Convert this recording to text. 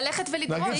ללכת ולדרוש.